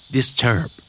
Disturb